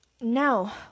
Now